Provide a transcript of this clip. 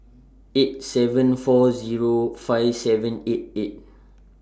eight seven four Zero five seven eight eight